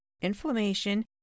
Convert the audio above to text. inflammation